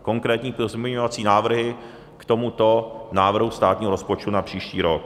Konkrétní pozměňovací návrhy k tomuto návrhu státního rozpočtu na příští rok.